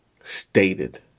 stated